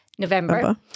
November